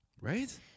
right